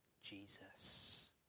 Jesus